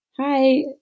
Hi